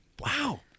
Wow